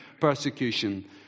persecution